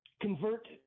convert